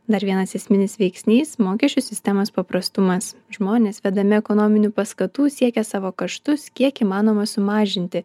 dar vienas esminis veiksnys mokesčių sistemos paprastumas žmonės vedami ekonominių paskatų siekia savo kaštus kiek įmanoma sumažinti